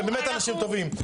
אתם באמת אנשים טובים,